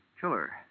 killer